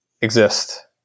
exist